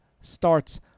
starts